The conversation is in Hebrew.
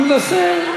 תקשיבו.